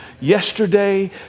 yesterday